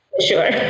sure